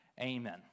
amen